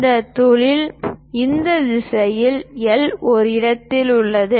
இந்த துளை இந்த திசையில் எல் ஒரு இடத்தில் உள்ளது